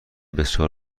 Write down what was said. بسیار